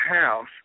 house